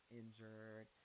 injured